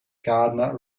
gardner